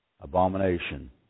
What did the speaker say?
abomination